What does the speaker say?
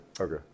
okay